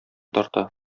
тарта